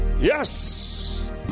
yes